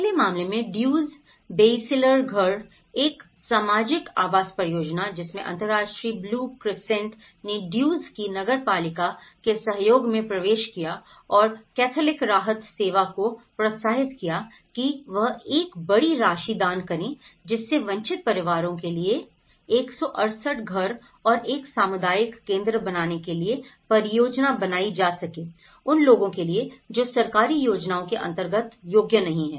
पहले मामले में ड्यूज बेयसीलर घर एक सामाजिक आवास परियोजना जिसमें अंतरराष्ट्रीय ब्लू क्रिसेंट ने ड्यूज़ की नगरपालिका के सहयोग में प्रवेश किया और कैथोलिक राहत सेवा को प्रोत्साहित किया कि वह एक बड़ी राशि दान करें जिससे वंचित परिवारों के लिए 168 घर और एक सामुदायिक केंद्र बनाने के लिए परियोजना बनाई जा सके उन लोगों के लिए जो सरकारी योजनाओं के अंतर्गत योग्य नहीं है